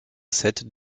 sept